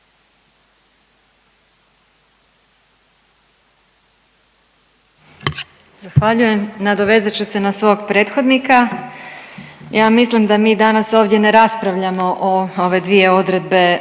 Zahvaljujem. Nadovezat ću se na svog prethodnika. Ja mislim da mi danas ovdje ne raspravljamo o ove dvije odredbe